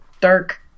dark